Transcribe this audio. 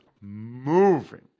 moving